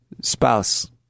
spouse